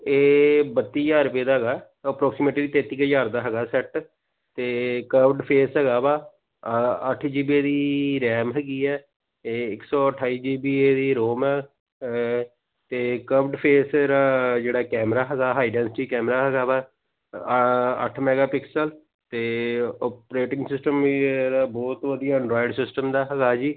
ਇਹ ਬੱਤੀ ਹਜ਼ਾਰ ਰੁਪਏ ਦਾ ਹੈਗਾ ਅਪਰੋਕਸੀਮੇਟਲੀ ਤੇਤੀ ਕੁ ਹਜ਼ਾਰ ਦਾ ਹੈਗਾ ਸੈੱਟ ਅਤੇ ਕਵਡ ਫੇਸ ਹੈਗਾ ਵਾ ਅੱਠ ਜੀ ਬੀ ਇਹਦੀ ਰੈਮ ਹੈਗੀ ਹੈ ਇਹ ਇੱਕ ਸੌ ਅਠਾਈ ਜੀ ਬੀ ਇਹਦੀ ਰੋਮ ਹੈ ਅਤੇ ਕਬਡ ਫੇਸ ਇਹਦਾ ਜਿਹੜਾ ਕੈਮਰਾ ਹੈਗਾ ਹਾਈ ਡੈਂਸਟੀ ਕੈਮਰਾ ਹੈਗਾ ਵਾ ਅੱਠ ਮੈਗਾਪਿਕਸਲ ਅਤੇ ਓਪਰੇਟਿੰਗ ਸਿਸਟਮ ਵੀ ਇਹਦਾ ਬਹੁਤ ਵਧੀਆ ਐਡਰਾਇਡ ਸਿਸਟਮ ਦਾ ਹੈਗਾ ਜੀ